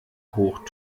hoch